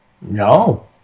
No